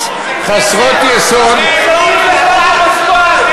אי-אמון חסרות בסיס, חסרות יסוד, זה לא בזבוז,